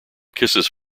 kisses